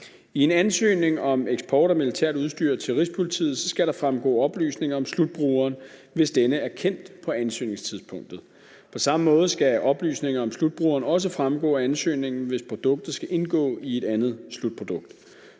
Rigspolitiet om eksport af militært udstyr skal der fremgå oplysninger om slutbrugeren, hvis denne er kendt på ansøgningstidspunktet. På samme måde skal oplysninger om slutbrugeren også fremgå af ansøgningen, hvis produktet skal indgå i et andet slutprodukt.